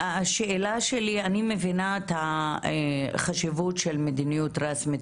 אני מבינה את החשיבות של מדיניות רשמית